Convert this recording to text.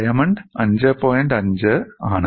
50 ആണ്